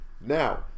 Now